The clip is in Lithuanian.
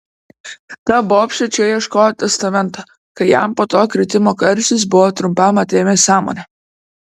ta bobšė čia ieškojo testamento kai jam po to kritimo karštis buvo trumpam atėmęs sąmonę